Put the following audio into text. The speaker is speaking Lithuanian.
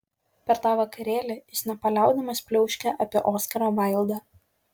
per tą vakarėlį jis nepaliaudamas pliauškė apie oskarą vaildą